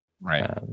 Right